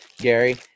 Gary